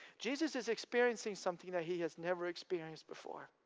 jesus is experiencing something that he has never experienced before.